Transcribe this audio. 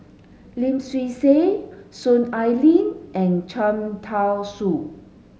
Lim Swee Say Soon Ai Ling and Cham Tao Soon